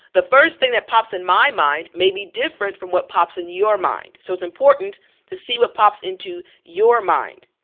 the first thing that pops in my mind may be different from what pops in your mind so it's important to see what pops into your mind.